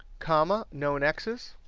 comma, known x's.